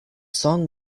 song